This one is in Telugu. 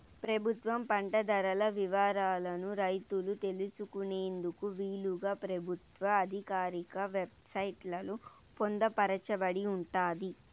ప్రభుత్వం పంట ధరల వివరాలను రైతులు తెలుసుకునేందుకు వీలుగా ప్రభుత్వ ఆధికారిక వెబ్ సైట్ లలో పొందుపరచబడి ఉంటాది